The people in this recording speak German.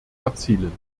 erzielen